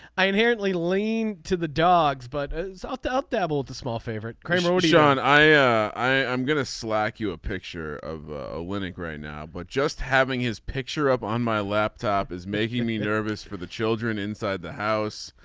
i inherently lean to the dogs but i doubt that all the small favorite kramer would shawn. i. i'm going to slack you a picture of winning right now but just having his picture up on my laptop is making me nervous for the children inside the house.